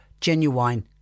genuine